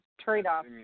trade-off